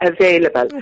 available